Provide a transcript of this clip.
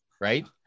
right